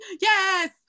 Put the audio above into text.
yes